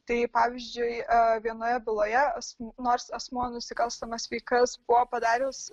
tai pavyzdžiui vienoje byloje asmuo nors asmuo nusikalstamas veikas buvo padaręs